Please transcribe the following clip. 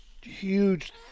huge